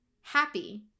happy